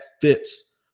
fits